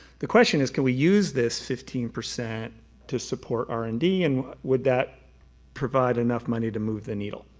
the question is, can we use this fifteen percent to support our r and d and would that provide enough money to move the needle.